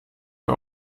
für